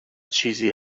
چیزی